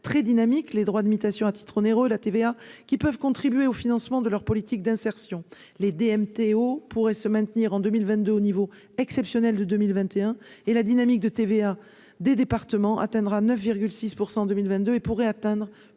très dynamique, les droits de mutation à titre onéreux, la TVA qui peuvent contribuer au financement de leur politique d'insertion, les DMTO pourrait se maintenir en 2022 au niveau exceptionnel de 2021 et la dynamique de TVA des départements atteindra 9 6 % en 2022, et pourrait atteindre